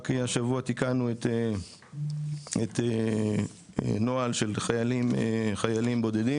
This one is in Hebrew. רק השבוע תיקנו את נוהל של החיילים הבודדים,